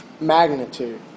magnitude